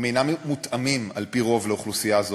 הם אינם מותאמים, על-פי רוב, לאוכלוסייה הזאת.